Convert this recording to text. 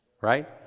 Right